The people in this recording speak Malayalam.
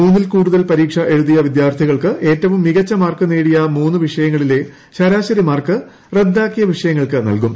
മൂന്നിൽ കൂടുതൽ പരീക്ഷ എഴുതിയ വിദ്യാർത്ഥികൾക്ക് ഏറ്റവും മികച്ച മാർക്ക് നേടിയ മൂന്ന് വിഷയങ്ങളിലെ ശരാശരി മാർക്ക് റദ്ദാക്കിയ വിഷയങ്ങൾക്ക് നൽകും